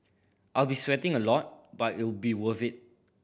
I'll be sweating a lot but it'll be worth it